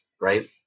right